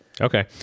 Okay